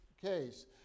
case